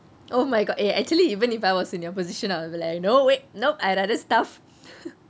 oh my god eh actually even if I was in your position I will be like no way no I rather starve